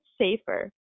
safer